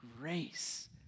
grace